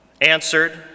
answered